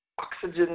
oxygen